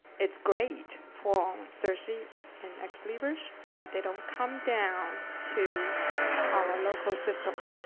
it's great for sirsi and ex libris, but they don't come down to our local system.